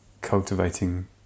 cultivating